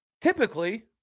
typically